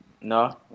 No